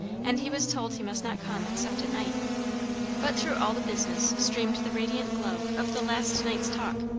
and he was told he must not come except at night but through all the business streamed the radiant glow of the last night's talk,